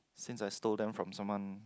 since I stole them from someone